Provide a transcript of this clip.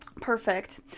Perfect